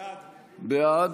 בעד.